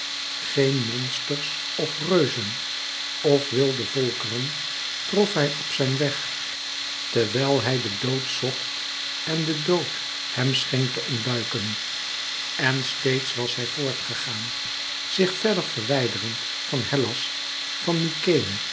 geen monsters of reuzen of wilde volkeren trof hij op zijn weg terwijl hij den dood zocht en de dood hem scheen te ontduiken en steeds was hij voort gegaan zich verder verwijderend van hellas van